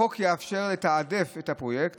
החוק יאפשר לתעדף את הפרויקט,